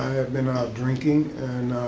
been out drinking